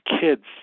kids